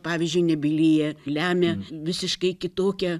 pavyzdžiui nebylyje lemia visiškai kitokia